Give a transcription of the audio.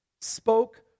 spoke